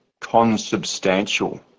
consubstantial